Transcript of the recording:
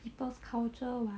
people's culture [what]